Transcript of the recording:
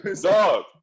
dog